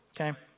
okay